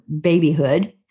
babyhood